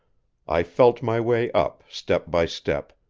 i felt my way up step by step,